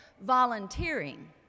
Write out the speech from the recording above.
volunteering